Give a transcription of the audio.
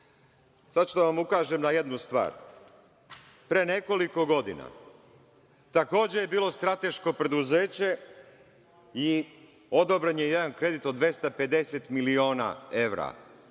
ću da vam ukažem na jednu stvar. Pre nekoliko godina takođe je bilo strateško preduzeće i odobren je jedan kredit od 250 miliona evra.